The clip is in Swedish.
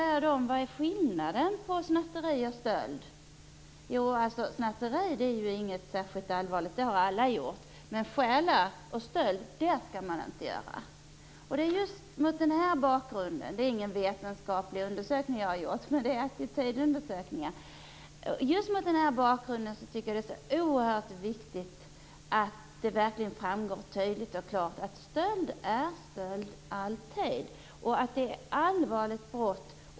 När jag frågar dem vad som är skillnaden mellan snatteri och stöld får jag svaret att det inte är något särskilt allvarligt att snatta - det har alla gjort - men stjäla skall man inte göra. Det är inte någon vetenskaplig undersökning som jag har gjort, men detta visar ändå attityden. Mot den här bakgrunden tycker jag att det är oerhört viktigt att det framgår tydligt och klart att stöld alltid är stöld. Det måste markeras att det är ett allvarligt brott.